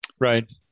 Right